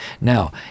Now